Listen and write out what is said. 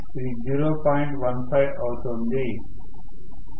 15 అవుతుంది కాబట్టి 0